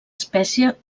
espècie